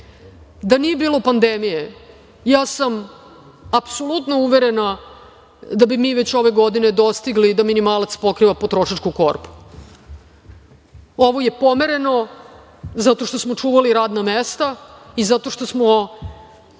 Da nije bilo pandemije ja sam apsolutno uverena da bi mi već ove godine dostigli da minimalac pokriva potrošačku korpu. Ovo je pomereno zato što smo čuvali radna mesta i zato što smo